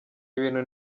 ibintu